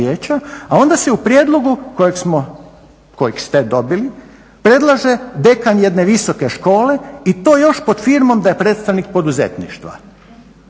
a onda se u prijedlogu kojeg ste dobili predlaže dekan jedne visoke škole i to još pod firmom da je predstavnik poduzetništva.